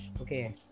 okay